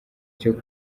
cyo